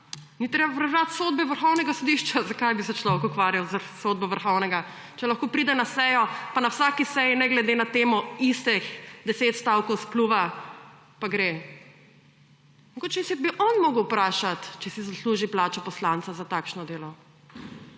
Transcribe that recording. Ni treba prebrati sodbe Vrhovnega sodišča. Zakaj bi se človek ukvarjal s sodbo vrhovnega, če lahko pride na sejo, pa na vsaki seji ne glede na temo istih 10 stavkov spljuva, pa gre. Mogoče se bi on moral vprašat, če si zasluži plačo poslanca za takšno delo,